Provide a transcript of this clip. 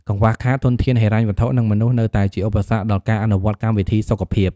កង្វះខាត ធនធានហិរញ្ញវត្ថុ និងមនុស្ស នៅតែជាឧបសគ្គដល់ការអនុវត្តកម្មវិធីសុខភាព។